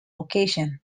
location